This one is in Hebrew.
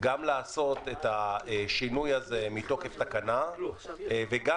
גם לעשות את השינוי הזה מתוקף תקנה וגם